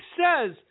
says